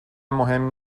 مهم